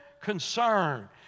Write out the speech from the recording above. concern